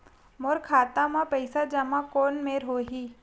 मोर खाता मा पईसा जमा कोन मेर होही?